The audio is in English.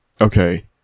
okay